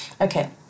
Okay